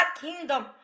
kingdom